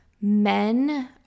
men